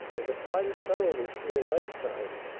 and applied it thoroughly through a lifetime,